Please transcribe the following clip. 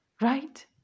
Right